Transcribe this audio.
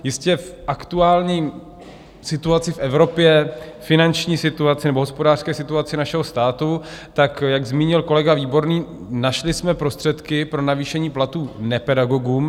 Jistě v aktuální situaci v Evropě, finanční situaci, nebo hospodářské situaci našeho státu, tak jak zmínil kolega Výborný, našli jsme prostředky pro navýšení platů nepedagogům.